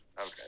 Okay